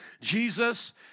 Jesus